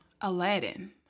Aladdin